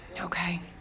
Okay